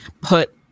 put